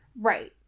right